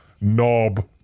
knob